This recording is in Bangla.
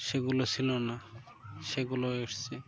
সেগুলো ছিল না সেগুলো এসেছে